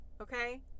okay